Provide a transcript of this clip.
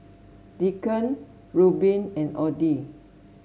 Deacon Rueben and Audie